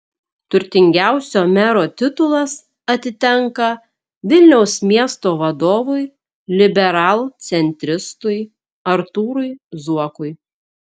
turtingiausio mero titulas atitenka vilniaus miesto vadovui liberalcentristui artūrui zuokui